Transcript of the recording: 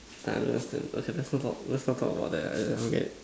I don't understand okay let's not talk about that I don't get it